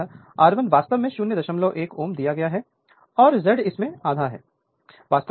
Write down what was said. यह R1 वास्तव में 001 Ω दिया गया है और Z इसमें आधा है